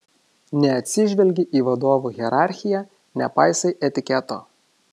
neatsižvelgi į vadovų hierarchiją nepaisai etiketo